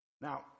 Now